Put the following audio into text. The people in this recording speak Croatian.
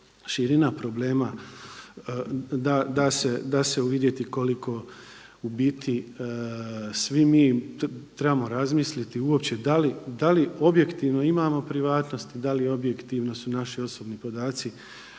širina problema da se uvidjeti koliko u biti svi mi trebamo razmisliti uopće da li objektivno imamo privatnost, da li objektivno su naši osobni podaci